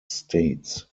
states